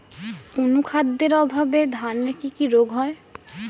অনুখাদ্যের অভাবে ধানের কি কি রোগ হয়?